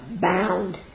bound